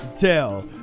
tell